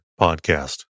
podcast